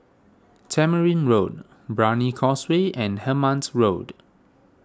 Tamarind Road Brani Causeway and Hemmant Road